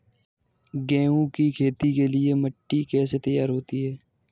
गेहूँ की खेती के लिए मिट्टी कैसे तैयार होती है?